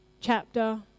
chapter